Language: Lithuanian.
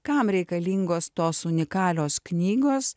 kam reikalingos tos unikalios knygos